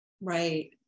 Right